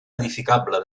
edificable